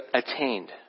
attained